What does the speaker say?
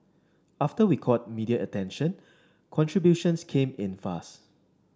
after we caught media attention contributions came in fast